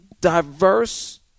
Diverse